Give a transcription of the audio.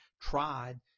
tried